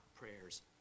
prayers